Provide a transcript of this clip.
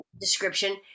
description